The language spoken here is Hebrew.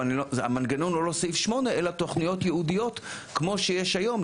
המנגנון הוא לא סעיף 8 אלא תכניות ייעודיות כמו שיש היום,